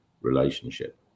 relationship